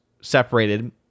separated